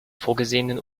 vorgesehenen